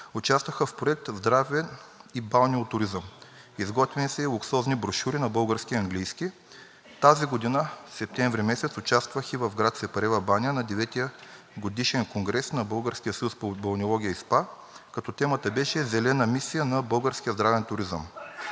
участваха в Проект „Здраве и балнеотуризъм“. Изготвени са и луксозни брошури на български и английски. Тази година през месец септември участвах в град Сапарева баня на IX годишен конгрес на Българския съюз по балнеология и спа туризъм, като темата беше: „Зелена мисия на българския здравен туризъм“.